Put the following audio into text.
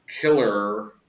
Killer